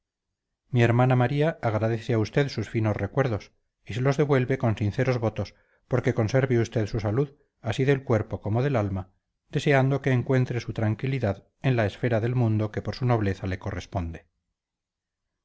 mi hermana maría agradece a usted sus finos recuerdos y se los devuelve con sinceros votos porque conserve usted su salud así del cuerpo como del alma deseando que encuentre su tranquilidad en la esfera del mundo que por su nobleza le corresponde